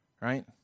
right